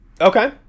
Okay